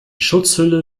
schutzhülle